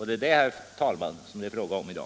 Det är det, herr talman, som det är fråga om i dag.